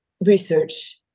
research